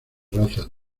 razas